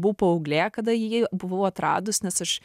buvau paauglė kada jį buvau atradus nes aš